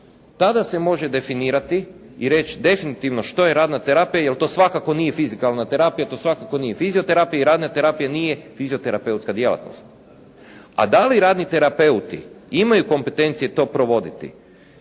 tada se može definirati i reći definitivno što je radna terapija jer to svakako nije fizikalna terapija. To svakako nije fizioterapija i radna terapija nije fizioterapeutska djelatnost. A da li radni terapeuti imaju kompetencije to provoditi?